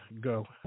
Go